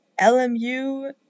LMU